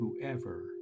Whoever